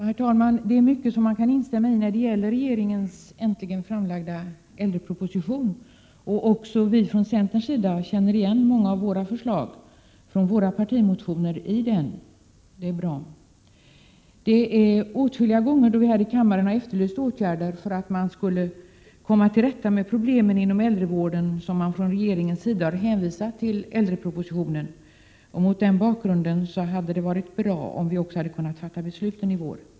Herr talman! Det är mycket som man kan instämma i när det gäller regeringens äntligen framlagda äldreproposition. Också vi från centern känner igen många av förslagen i våra partimotioner i den. Det är bra. Åtskilliga gånger då vi här i kammaren har efterlyst åtgärder för att komma till rätta med problemen inom äldrevården har man från regeringens sida hänvisat till äldrepropositionen, och mot den bakgrunden hade det varit bra, om vi också hade kunnat fatta besluten i vår.